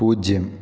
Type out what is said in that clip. പൂജ്യം